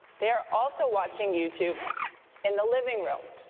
they are also watching youtube in the living room.